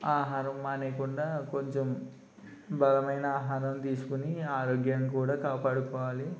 ఆహారం మానేయకుండా కొంచెం బలమైన ఆహారం తీసుకొని ఆరోగ్యం కూడా కాపాడుకోవాలి